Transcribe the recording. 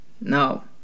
No